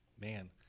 Man